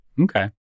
Okay